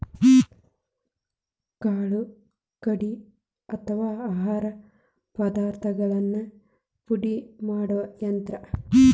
ಕಾಳು ಕಡಿ ಅಥವಾ ಆಹಾರ ಪದಾರ್ಥಗಳನ್ನ ಪುಡಿ ಮಾಡು ಯಂತ್ರ